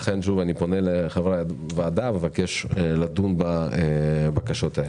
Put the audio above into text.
לכן אני פונה אל חברי הוועדה ומבקש לדון בבקשות האלה.